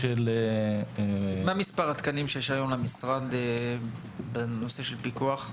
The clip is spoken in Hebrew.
מה מספר התקנים שיש היום למשרד בנושא הפיקוח?